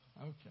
Okay